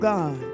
God